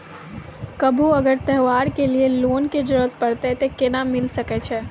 कभो अगर त्योहार के लिए लोन के जरूरत परतै तऽ केना मिल सकै छै?